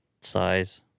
size